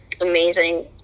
amazing